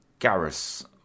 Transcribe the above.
Garrus